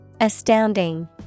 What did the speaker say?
Astounding